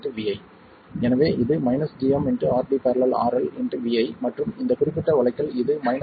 எனவே இது gmRD ║ RL vi மற்றும் இந்த குறிப்பிட்ட வழக்கில் இது 4